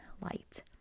light